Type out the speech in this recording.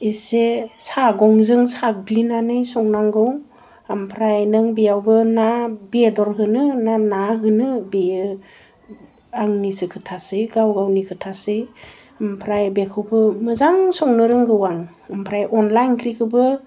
एसे सागंजों साग्लिनानै संनांगौ आमफ्राइ नों बेयावबो मा बेदर होनो ना ना होनो बेयो आंनिसो खोथासै गाव गावनि खोथासै आमफ्राइ बेखौबो मोजां संनो रोंगौ आं आमफ्राइ अनला ओंख्रिखौबो